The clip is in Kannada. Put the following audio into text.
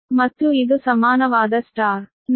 ಮತ್ತು ಇದು ಸಮಾನವಾದ Y